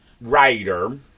writer